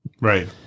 Right